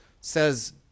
Says